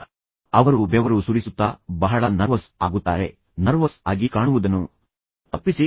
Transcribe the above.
ತದನಂತರ ಅವರು ಬೆವರು ಸುರಿಸುತ್ತಾ ಬಹಳ ನರ್ವಸ್ ಆಗುತ್ತಾರೆ ನರ್ವಸ್ ಆಗಿ ಕಾಣುವುದನ್ನು ತಪ್ಪಿಸಿ